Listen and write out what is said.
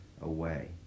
away